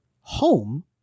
home